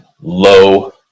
low